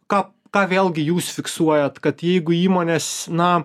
ką ką vėlgi jūs fiksuojat kad jeigu įmonės na